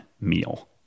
meal